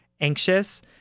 anxious